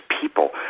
people